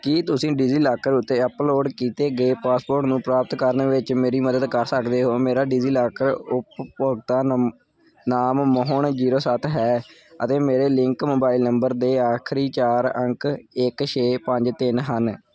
ਕੀ ਤੁਸੀਂ ਡਿਜੀਲਾਕਰ ਉੱਤੇ ਅਪਲੋਡ ਕੀਤੇ ਗਏ ਪਾਸਪੋਰਟ ਨੂੰ ਪ੍ਰਾਪਤ ਕਰਨ ਵਿੱਚ ਮੇਰੀ ਮਦਦ ਕਰ ਸਕਦੇ ਹੋ ਮੇਰਾ ਡਿਜੀਲਾਕਰ ਉਪਭੋਗਤਾ ਨੰ ਨਾਮ ਮੋਹਨ ਜ਼ੀਰੋ ਸੱਤ ਹੈ ਅਤੇ ਮੇਰੇ ਲਿੰਕ ਮੋਬਾਈਲ ਨੰਬਰ ਦੇ ਆਖਰੀ ਚਾਰ ਅੰਕ ਇੱਕ ਛੇ ਪੰਜ ਤਿੰਨ ਹਨ